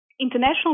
international